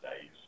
days